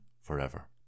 forever